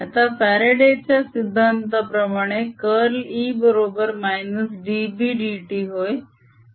आता फ्यारडे च्या सिद्धांताप्रमाणे कर्ल E बरोबर -dBdt होय